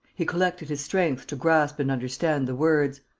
he collected his strength to grasp and understand the words.